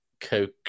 Coke